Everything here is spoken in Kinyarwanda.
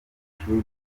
mashuri